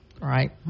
right